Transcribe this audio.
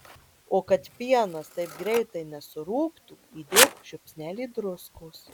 o kad pienas taip greitai nesurūgtų įdėk žiupsnelį druskos